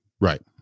Right